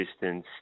distance